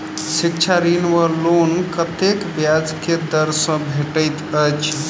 शिक्षा ऋण वा लोन कतेक ब्याज केँ दर सँ भेटैत अछि?